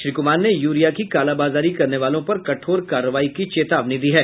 श्री कुमार ने यूरिया की कालाबाजारी करने वालों पर कठोर कार्रवाई की चेतावनी दी है